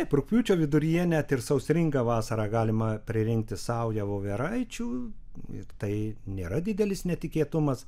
taip rugpjūčio viduryje net ir sausringą vasarą galima pririnkti saują voveraičių tai nėra didelis netikėtumas